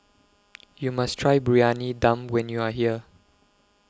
YOU must Try Briyani Dum when YOU Are here